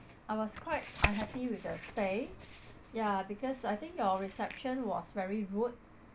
I was quite unhappy with the stay ya because I think your reception was very rude